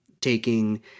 taking